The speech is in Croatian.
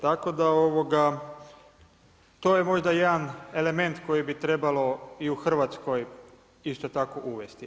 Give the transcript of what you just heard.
Tako da to je možda jedan element koji bi trebalo i u Hrvatskoj isto tako uvesti.